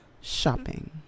shopping